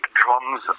drums